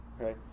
Okay